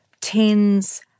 tens